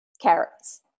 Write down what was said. carrots